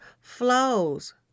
flows